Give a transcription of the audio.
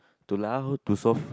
too loud too soft